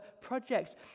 projects